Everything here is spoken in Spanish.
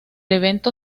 evento